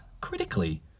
critically